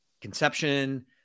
conception